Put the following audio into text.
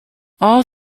all